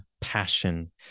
passion